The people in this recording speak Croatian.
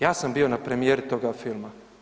Ja sam bio na premijeri toga filma.